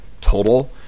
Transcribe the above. total